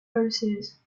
roses